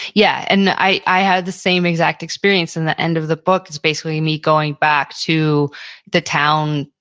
yeah. and i had the same exact experience. in the end of the book, it's basically me going back to the town,